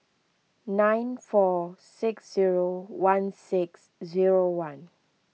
nine four six zero one six zero one